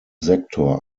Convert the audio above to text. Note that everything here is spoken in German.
sektor